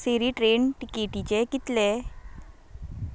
सिरि ट्रेन तिकेटीचे कितले